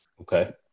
Okay